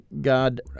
God